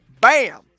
bam